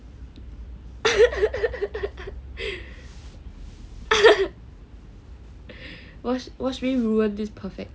watch me ruin this perfect